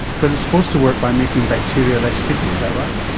because it's supposed to work by making bacteria less sticky, is that right?